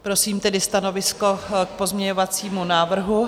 Prosím tedy stanovisko k pozměňovacímu návrhu.